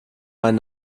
ein